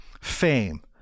fame